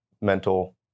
mental